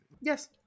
Yes